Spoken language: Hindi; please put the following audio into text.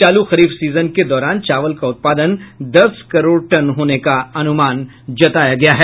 चालू खरीफ सीजन के दौरान चावल का उत्पादन दस करोड़ टन होने का अनुमान जताया गया है